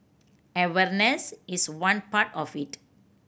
awareness is one part of it